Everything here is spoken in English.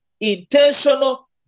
intentional